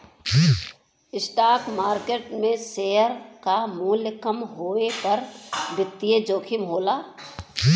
stock market में share क मूल्य कम होये पर वित्तीय जोखिम होला